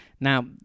Now